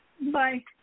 Bye